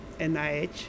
NIH